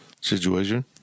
Situation